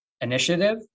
initiative